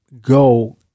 go